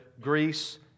Greece